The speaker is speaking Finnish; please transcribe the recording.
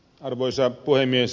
arvoisa puhemies